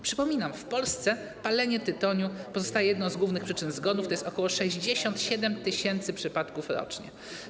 Przypominam, że w Polsce palenie tytoniu pozostaje jedną z głównych przyczyn zgonów, tj. ok. 67 tys. przypadków rocznie.